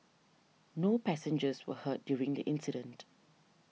no passengers were hurt during the incident